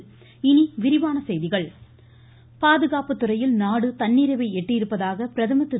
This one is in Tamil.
பிரதமர் பாதுகாப்புத்துறையில் நாடு தன்னிறைவை எட்டியிருப்பதாக பிரதமர் திரு